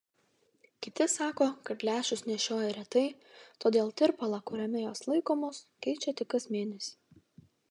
kiti sako kad lęšius nešioja retai todėl tirpalą kuriame jos laikomos keičia tik kas mėnesį